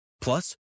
Plus